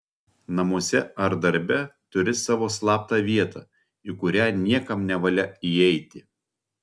namuose ar darbe turi savo slaptą vietą į kurią niekam nevalia įeiti